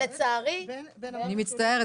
אני מצטערת,